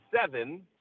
seven